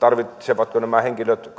tarvitsevatko nämä henkilöt